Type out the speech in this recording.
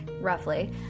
roughly